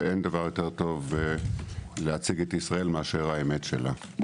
ואין דבר יותר טוב להציג את ישראל מאשר האמת שלה.